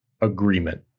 agreement